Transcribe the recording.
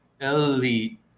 elite